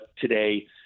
today